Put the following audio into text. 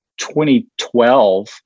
2012